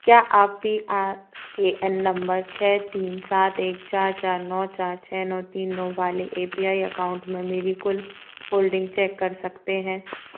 क्या आप P R A N number छः तीन सात एक चार चार नौ चार छः नौ तीन नौ वाले ए पी आई अकाउंट में मेरी कुल होल्डिंग चेक कर सकते हैं